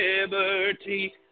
liberty